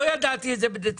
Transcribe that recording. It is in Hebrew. לא ידעתי את זה בדצמבר,